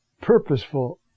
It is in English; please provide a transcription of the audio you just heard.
purposeful